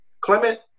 Clement